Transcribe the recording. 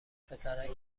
پسرک